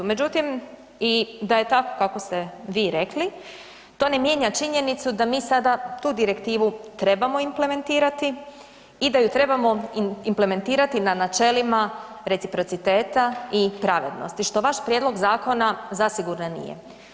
Međutim i da je tako kako ste vi rekli to ne mijenja činjenicu da mi sada tu direktivu trebamo implementirati i da ju trebamo implementirati na načelima reciprociteta i pravednosti, što vaš prijedlog zakona zasigurno nije.